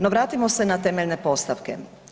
No vratimo se na temeljne postavke.